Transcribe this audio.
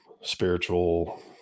spiritual